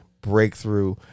Breakthrough